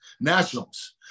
nationals